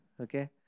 Okay